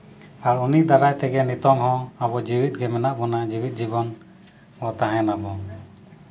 ᱟᱨ ᱩᱱᱤ ᱫᱟᱨᱟᱭ ᱛᱮᱦᱚᱸ ᱱᱤᱛᱚᱝ ᱦᱚᱸ ᱡᱮᱣᱮᱛ ᱜᱮ ᱢᱮᱱᱟᱜ ᱵᱚᱱᱟ ᱡᱮᱣᱮᱛ ᱡᱤᱵᱚᱱ ᱵᱚᱱ ᱛᱟᱦᱮᱱᱟᱵᱚᱱ